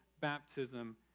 baptism